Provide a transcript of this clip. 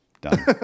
done